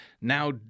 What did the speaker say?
now